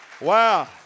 Wow